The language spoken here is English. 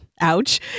Ouch